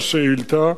פוליטי,